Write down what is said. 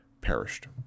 perished